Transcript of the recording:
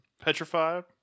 Petrified